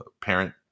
parent